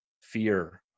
fear